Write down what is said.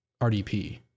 RDP